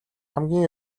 хамгийн